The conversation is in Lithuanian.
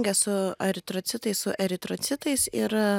su aritrocitai su eritrocitais ir